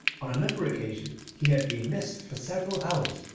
on another occasion he had been missed for several hours,